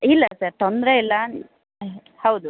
ಇಲ್ಲ ಸರ್ ತೊಂದರೆ ಇಲ್ಲ ಹ್ಞೂ ಹೌದು